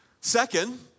Second